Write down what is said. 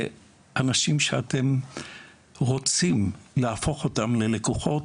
לאנשים שאתם רוצים להפוך אותם ללקוחות